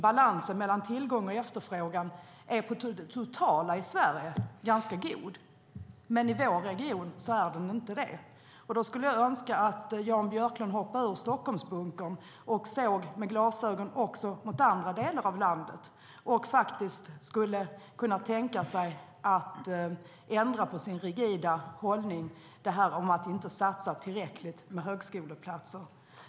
Balansen mellan tillgång och efterfrågan på civilingenjörer är totalt sett i Sverige ganska god, men i vår region är den inte det. Jag skulle önska att Jan Björklund hoppade ur Stockholmsbunkern och även såg mot andra delar av landet samt ändrade sin rigida hållning beträffande att inte satsa på tillräckligt med högskoleplatser.